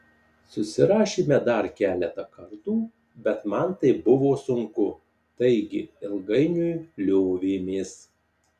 susirašėme dar keletą kartų bet man tai buvo sunku taigi ilgainiui liovėmės